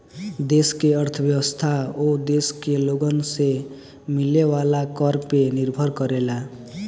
देश के अर्थव्यवस्था ओ देश के लोगन से मिले वाला कर पे निर्भर करेला